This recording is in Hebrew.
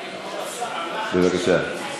בבקשה.